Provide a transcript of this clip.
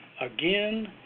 again